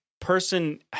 person